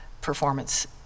performance